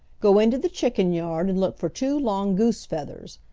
go into the chicken yard and look for two long goose feathers.